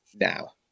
now